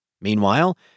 Meanwhile